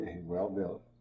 well-built